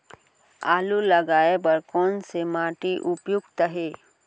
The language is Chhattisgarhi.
आलू लगाय बर कोन से माटी उपयुक्त हे?